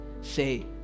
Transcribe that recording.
say